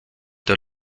der